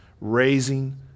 raising